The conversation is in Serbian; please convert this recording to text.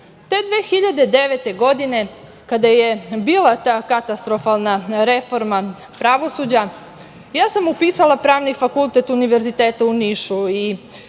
2009. godine kada je bila ta katastrofalna reforma pravosuđa ja sam upisala Pravni fakultet Univerziteta u Nišu i